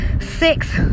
six